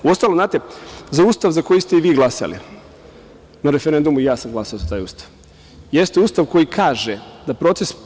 Uostalom, znate, za Ustav za koji ste i vi glasali na referendumu, i ja sam glasao za taj Ustav, jeste Ustav koji kaže da proces…